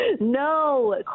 no